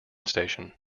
station